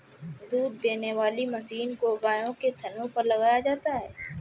दूध देने वाली मशीन को गायों के थनों पर लगाया जाता है